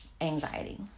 anxiety